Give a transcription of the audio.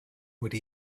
would